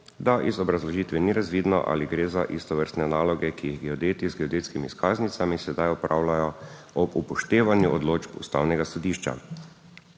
da iz obrazložitve ni razvidno, ali gre za istovrstne naloge, ki jih geodeti z geodetskimi izkaznicami sedaj opravljajo ob upoštevanju odločb Ustavnega sodišča.